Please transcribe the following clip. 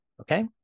Okay